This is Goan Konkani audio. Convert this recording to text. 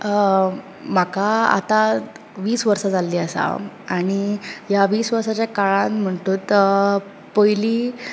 म्हाका आतां वीस वर्सा जाल्ली आसात आनी ह्या वीस वर्साच्या काळांत म्हणत तर पयलीं